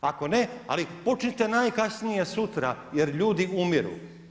Ako ne, ali počnite najkasnije sutra jer ljudi umiru.